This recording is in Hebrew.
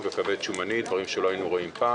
יש עלייה גדולה בתחלואה